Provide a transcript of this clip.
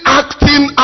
acting